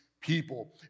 people